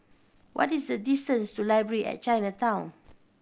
what is the distance to Library at Chinatown